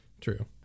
true